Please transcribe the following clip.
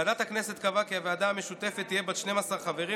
ועדת הכנסת קבעה כי הוועדה המשותפת תהיה בת 12 חברים,